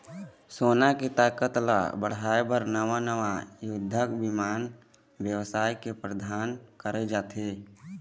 सेना के ताकत ल बढ़ाय बर नवा नवा युद्धक बिमान बिसाए के प्रावधान करे जाथे